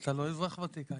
אתה לא אזרח ותיק.